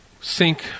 sync